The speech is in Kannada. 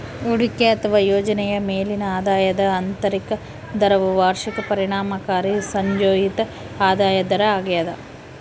ಹೂಡಿಕೆ ಅಥವಾ ಯೋಜನೆಯ ಮೇಲಿನ ಆದಾಯದ ಆಂತರಿಕ ದರವು ವಾರ್ಷಿಕ ಪರಿಣಾಮಕಾರಿ ಸಂಯೋಜಿತ ಆದಾಯ ದರ ಆಗ್ಯದ